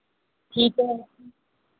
ठीक है